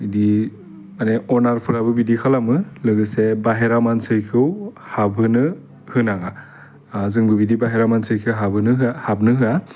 इदि आरो अनारफ्राबो इदि खालामो लोगोसे बाइहेरा मानसिखौ हाबहोनो होनाङा जोंबो बिदि बाइहेरा मानसिखो हाबहोनो होआ हाबनो होआ